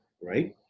right